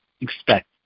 expect